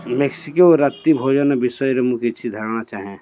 Mexico ରାତ୍ରି ଭୋଜନ ବିଷୟରେ ମୁଁ କିଛି ଧାରଣା ଚାହେଁ